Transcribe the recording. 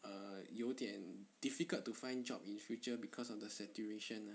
err 有点 difficult to find job in future because of the situation uh